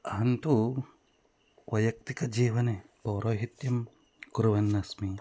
अहं तु वैयक्तिकजीवने पौरोहित्यं कुर्वन्नस्मि